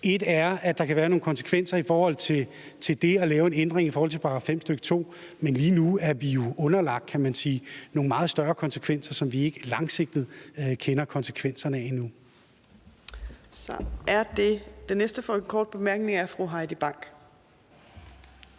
er, at der kan være nogle konsekvenser i forhold til det at lave en ændring i forhold til § 5, stk. 2. Men lige nu er vi jo underlagt, kan man sige, nogle meget større konsekvenser, som vi ikke langsigtet kender konsekvenserne af endnu. Kl. 15:19 Fjerde næstformand (Trine Torp): Så er den